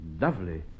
lovely